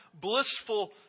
blissful